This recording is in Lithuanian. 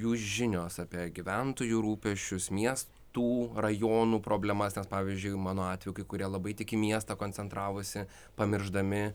jų žinios apie gyventojų rūpesčius miestų rajonų problemas nes pavyzdžiui mano atveju kai kurie labai tik į miestą koncentravosi pamiršdami